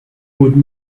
would